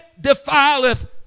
defileth